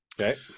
Okay